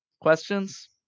Questions